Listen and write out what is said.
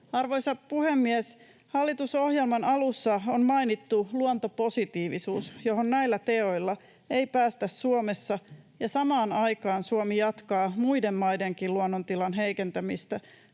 Arvoisa puhemies! Hallitusohjelman alussa on mainittu luontopositiivisuus, johon näillä teoilla ei päästä Suomessa, ja samaan aikaan Suomi jatkaa muidenkin maiden luonnontilan heikentämistä